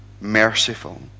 merciful